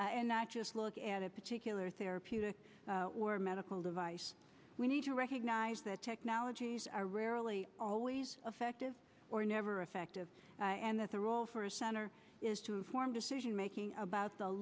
and not just look at a particular therapeutic or medical device we need to recognize that technologies are rarely always effective or never effective and that's a role for a center is to inform decision making about the